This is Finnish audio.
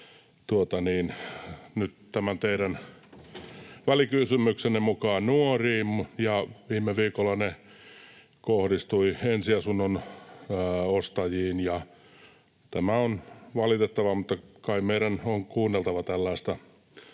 tämän teidän välikysymyksenne mukaan nuoriin, ja viime viikolla ne kohdistuivat ensiasunnon ostajiin. Tämä on valitettavaa, mutta kai meidän on kuunneltava tällaista